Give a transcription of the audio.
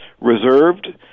reserved